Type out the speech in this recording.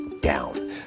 down